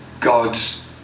God's